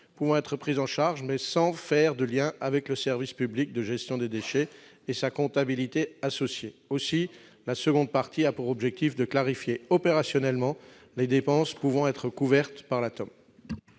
pouvant être prises en charge mais sans faire de lien avec le service public de gestion des déchets et sa comptabilité associée. Aussi, la seconde partie de l'amendement a pour objectif de clarifier opérationnellement les dépenses pouvant être couvertes par la TEOM.